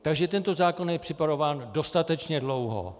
Takže tento zákon je připravován dostatečně dlouho.